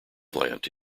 plant